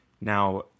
Now